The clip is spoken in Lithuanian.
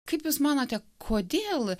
kaip jūs manote kodėl